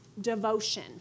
devotion